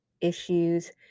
issues